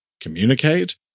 communicate